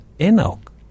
Enoch